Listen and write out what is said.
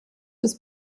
des